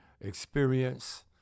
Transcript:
experience